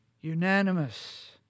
unanimous